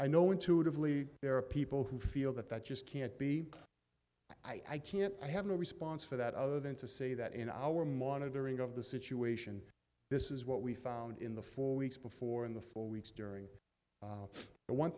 i know intuitively there are people who feel that that just can't be i can't i have no response for that other than to say that in our monitoring of the situation this is what we found in the four weeks before in the four weeks during the one